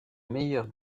meilleurs